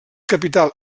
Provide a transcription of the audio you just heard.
capital